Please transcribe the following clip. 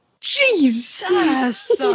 Jesus